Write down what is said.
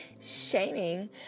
shaming